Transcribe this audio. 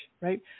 right